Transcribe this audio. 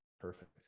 perfect